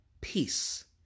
peace